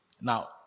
Now